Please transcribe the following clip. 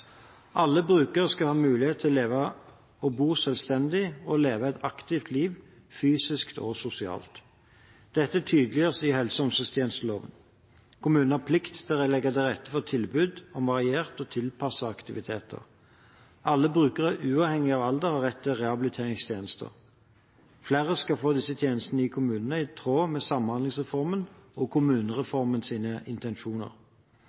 Alle brukere skal ha mulighet til å leve og bo selvstendig og leve et aktivt liv, fysisk og sosialt. Dette tydeliggjøres i helse- og omsorgstjenesteloven. Kommunene har plikt til å legge til rette for et tilbud om varierte og tilpassede aktiviteter. Alle brukere, uavhengig av alder, har rett til rehabiliteringstjenester. Flere skal få disse tjenestene i kommunene, i tråd med samhandlingsreformens og kommunereformens intensjoner.